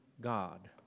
God